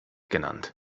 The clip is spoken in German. genannt